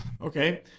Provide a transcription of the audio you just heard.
Okay